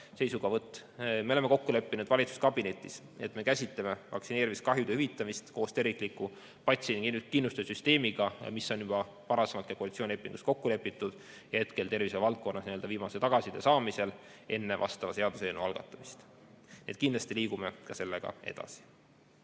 seisukohavõtt. Me oleme kokku leppinud valitsuskabinetis, et me käsitleme vaktsineerimiskahjude hüvitamist koos tervikliku patsiendikindlustussüsteemiga, mis on juba varasemalt koalitsioonilepingus kokku lepitud, ja tervishoiuvaldkonnas [ootame] viimase tagasiside saamist enne vastava seaduseelnõu algatamist. Kindlasti liigume ka sellega edasi.